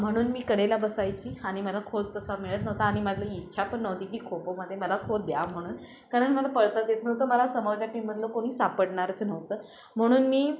म्हणून मी कडेला बसायची आणि मला खो तसा मिळत नव्हता आणि माझं इच्छा पण नव्हती की खो खोमध्ये मला खो द्या म्हणून कारण मला पळताच येत नव्हतं मला समोरच्या की टीममधलं कोणी सापडणारच नव्हतं म्हणून मी